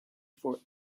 before